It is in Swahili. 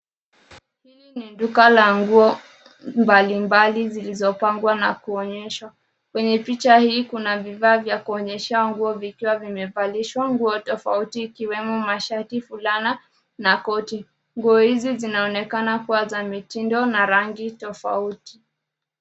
Hili ni duka la nguo mbalimbali zilizopangwa na kuonyeshwa kwenye picha hii kuna vifaa vya kunyeshea nguo vikiwa vimevalishwa nguo tafuti vikiwemo mashati, fulana na koti. Nguo hizi zinaonekana kuwa za mitindo na rangi tofauti.